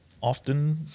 often –